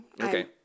Okay